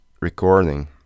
recording